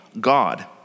God